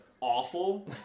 awful